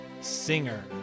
Singer